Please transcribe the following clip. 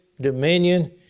DOMINION